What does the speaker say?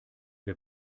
wir